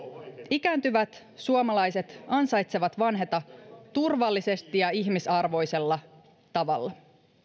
ikääntyvät suomalaiset ansaitsevat vanheta turvallisesti ja ihmisarvoisella tavalla